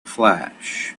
flash